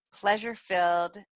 pleasure-filled